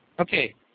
Okay